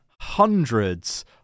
hundreds